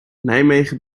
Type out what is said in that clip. nijmegen